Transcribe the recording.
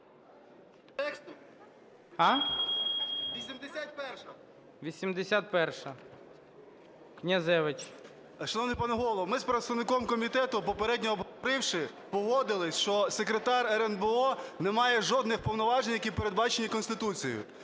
Шановний пане Голово, ми з представником комітету, попередньо обговоривши, погодились, що секретар РНБО не має жодних повноважень, які передбачені Конституцією.